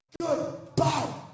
Goodbye